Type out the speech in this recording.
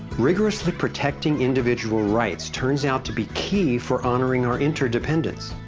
rigorously protecting individual rights turns out to be key for honoring our interdependence.